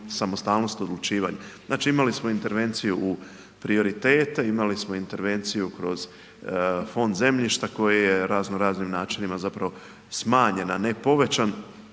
samostalnost odlučivanja. Znači imali smo intervenciju u prioritete, imali smo intervenciju kroz fond zemljišta koje je raznoraznim načinima smanjen, a ne povećan